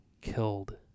killed